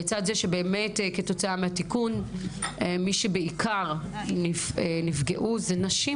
לצד זה שבאמת כתוצאה מהתיקון מי שבעיקר נפגעו הן נשים.